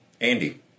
Andy